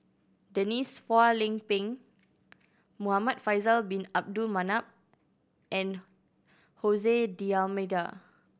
Denise Phua Lay Peng Muhamad Faisal Bin Abdul Manap and Hose D'Almeida